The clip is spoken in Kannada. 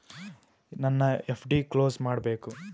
ನನ್ನ ಎಫ್.ಡಿ ಕ್ಲೋಸ್ ಮಾಡಬೇಕು